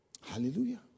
Hallelujah